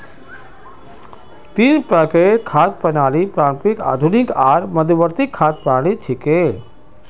तीन प्रकारेर खाद्य प्रणालि पारंपरिक, आधुनिक आर मध्यवर्ती खाद्य प्रणालि छिके